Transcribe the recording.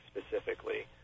specifically